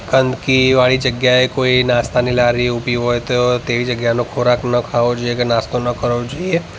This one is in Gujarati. ગંદકીવાળી જગ્યાએ કોઈ નાસ્તાની લારી ઊભી હોય તો તેવી જગ્યાનો ખોરાક ન ખાવો જોઈએ કે નાસ્તો ન કરવો જોઈએ